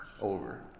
Over